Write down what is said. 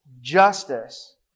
justice